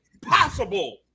possible